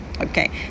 okay